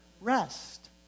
Rest